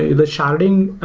the sharding